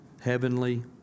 heavenly